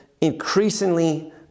increasingly